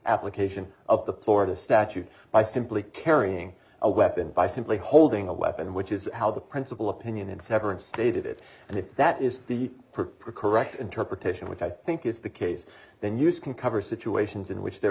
application of the florida statute by simply carrying a weapon by simply holding a weapon which is how the principal opinion in severance stated it and if that is the perp or correct interpretation which i think is the case then use can cover situations in which there